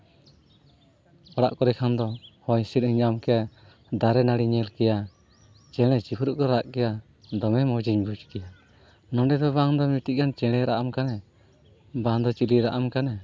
ᱚᱲᱟᱜ ᱠᱚᱨᱮ ᱠᱷᱟᱱ ᱫᱚ ᱦᱚᱭ ᱦᱤᱸᱥᱤᱫ ᱤᱧ ᱧᱟᱢ ᱠᱮᱭᱟ ᱫᱟᱨᱮ ᱱᱟᱲᱤᱧ ᱧᱮᱞ ᱠᱮᱭᱟ ᱪᱮᱬᱮ ᱪᱤᱯᱨᱩᱫ ᱠᱚ ᱨᱟᱜ ᱠᱮᱭᱟ ᱫᱚᱢᱮ ᱢᱚᱡᱤᱧ ᱵᱩᱡᱽ ᱠᱮᱭᱟ ᱱᱚᱰᱮ ᱫᱚ ᱵᱟᱝ ᱫᱚ ᱢᱤᱫᱴᱤᱡ ᱜᱟᱱ ᱪᱮᱬᱮᱭ ᱨᱟᱜ ᱟᱢ ᱠᱟᱱᱮ ᱵᱟᱝ ᱫᱚ ᱪᱤᱞᱤᱭ ᱨᱟᱜ ᱟᱢ ᱠᱟᱱᱮ